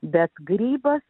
bet grybas